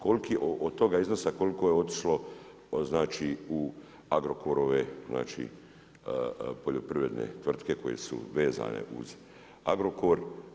Koliki od toga iznosa koliko je otišlo znači u Agrokorove znači poljoprivredne tvrtke koje su vezane uz Agrokor.